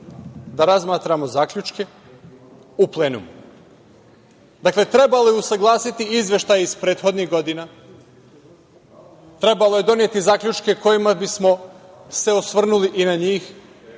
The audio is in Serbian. da razmatramo zaključke u plenumu. Dakle, trebalo je usaglasiti izveštaje iz prethodnih godina, trebalo je doneti zaključke kojima bismo se osvrnuli i na njih,